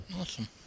awesome